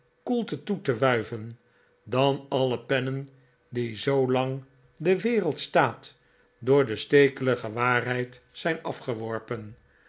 koelte toe te wuiven dan alle pennen die zoolang de wereld staat door de stekelige waarheid zijn afgeworpen